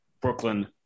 Brooklyn